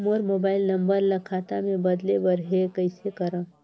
मोर mobile number ल खाता मे बदले बर हे कइसे करव?